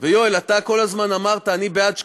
ויואל, אתה כל הזמן אמרת: אני בעד שקיפות.